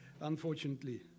unfortunately